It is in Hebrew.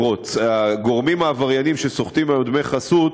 "חברות" הגורמים העברייניים שסוחטים היום דמי חסות